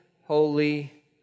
holy